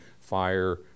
fire